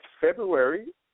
February